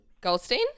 Goldstein